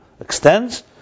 extends